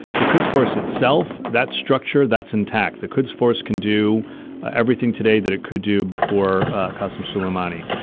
the quds force itself, that structure that's intact, the quds force can do everything today that it could do before custom suleimani,